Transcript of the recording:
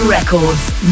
Records